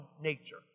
nature